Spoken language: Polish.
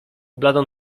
bladą